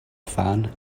fan